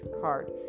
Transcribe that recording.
card